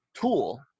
tool